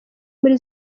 muri